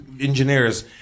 engineers